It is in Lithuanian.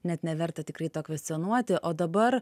net neverta tikrai to kvestionuoti o dabar